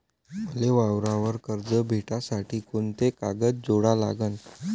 मले वावरावर कर्ज भेटासाठी कोंते कागद जोडा लागन?